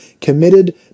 committed